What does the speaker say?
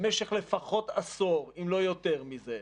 למשך לפחות עשור, אם לא יותר מזה,